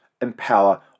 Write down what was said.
empower